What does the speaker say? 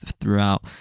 throughout